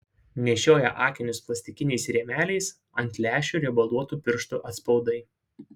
nešioja akinius plastikiniais rėmeliais ant lęšių riebaluotų pirštų atspaudai